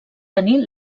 tenir